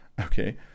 Okay